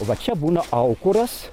va čia būna aukuras